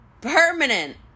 permanent